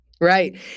Right